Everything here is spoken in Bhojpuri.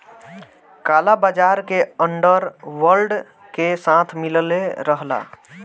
काला बाजार के अंडर वर्ल्ड के साथ मिलले रहला